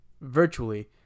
virtually